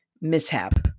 mishap